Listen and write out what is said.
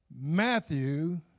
Matthew